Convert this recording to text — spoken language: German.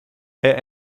herr